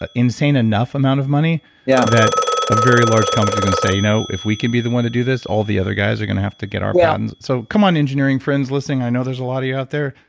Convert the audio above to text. ah insane enough amount of money yeah that a very large company's going to say, you know if we can be the one to do this, all the other guys are going to have to get our patents. so come on engineering friends listening. i know there's a lot of you out there.